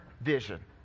vision